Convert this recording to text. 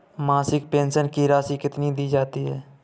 मासिक पेंशन की राशि कितनी दी जाती है?